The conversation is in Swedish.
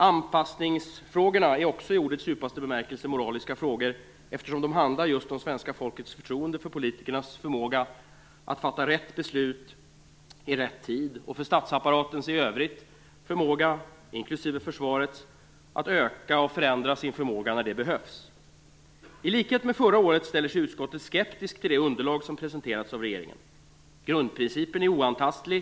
Anpassningsfrågorna är också i ordets djupaste bemärkelse moraliska frågor, eftersom de handlar just om svenska folkets förtroende för politikernas förmåga att fatta rätt beslut i rätt tid och för statsapparatens i övrigt förmåga, inklusive försvaret, att öka och förändra sin förmåga när det behövs. I likhet med förra året ställer sig utskottet skeptiskt till det underlag som presenterats av regeringen. Grundprincipen är oantastlig.